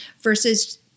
versus